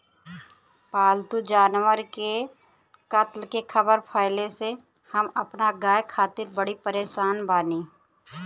पाल्तु जानवर के कत्ल के ख़बर फैले से हम अपना गाय खातिर बड़ी परेशान बानी